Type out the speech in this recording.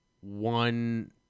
one